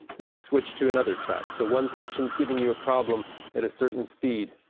you just switch to another track. so one section is giving you a problem at a certain speed,